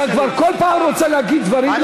אתה כבר כל פעם רוצה להגיד דברים,